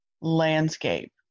landscape